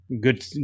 good